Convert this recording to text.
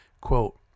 Quote